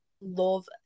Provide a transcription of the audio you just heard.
love